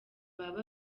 baba